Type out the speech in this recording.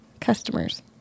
customers